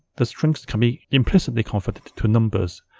the strings can be implicitly converted to numbers